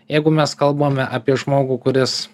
jeigu mes kalbame apie žmogų kuris